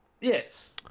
Yes